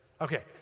Okay